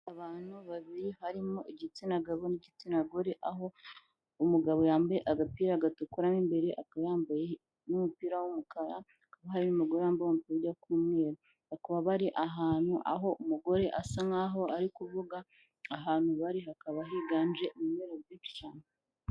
Abantu babiri harimo igitsina gabo n'igitsina gore aho umugabo yambaye agapira gatukura mo imbere akaba yambaye n'umupira w'umukara aho hari umugore wambaye bw'umweru bakaba bari ahantu aho umugore asa nk'aho ari kuvuga ahantu bari hakaba higanje ibimera byinshi cyane.